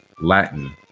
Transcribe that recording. Latin